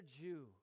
Jew